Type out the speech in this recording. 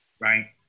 Right